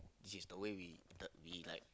this is the way we be like